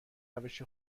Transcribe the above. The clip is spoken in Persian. روش